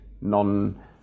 non